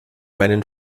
meinen